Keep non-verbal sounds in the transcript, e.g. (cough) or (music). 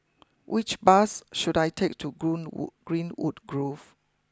which bus should I take to (unintelligible) wood Greenwood Grove